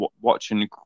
watching